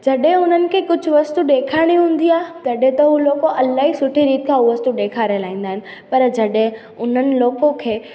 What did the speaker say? जॾहिं उन्हनि खे कुझु वस्तु ॾेखारिणी हूंदी आहे तॾहिं त हूअ लोको इलाही सुठी रीत खां उहा वस्तु ॾेखारे लाइंदा आहिनि पर जॾहिं उन्हनि लोको खे